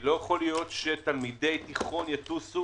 לא יכול להיות שתלמידי תיכון יטוסו